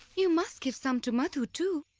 you must give some to madhu too!